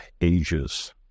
ages